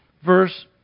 verse